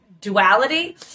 duality